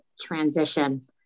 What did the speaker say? transition